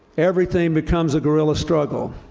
everything becomes a guerilla struggle,